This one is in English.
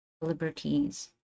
liberties